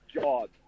god